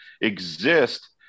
exist